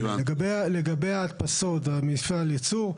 לגבי ההדפסות ומפעל הייצור,